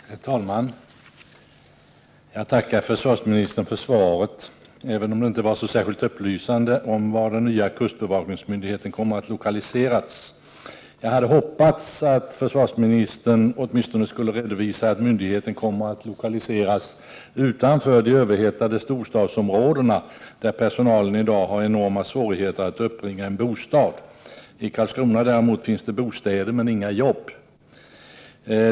Herr talman! Jag tackar försvarsministern för svaret, även om det inte var så särskilt upplysande om var den nya kustbevakningsmyndigheten kommer att lokaliseras. Jag hade hoppats att försvarsministern åtminstone skulle redovisa att myndigheten kommer att lokaliseras utanför de överhettade storstadsområdena, där personalen i dag har enorma svårigheter att uppbringa en bostad. I Karlskrona finns det däremot bostäder, men inga jobb.